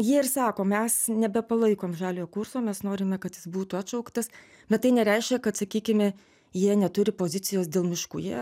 jie ir sako mes nebepalaikom žaliojo kurso mes norime kad jis būtų atšauktas bet tai nereiškia kad sakykime jie neturi pozicijos dėl miškų jie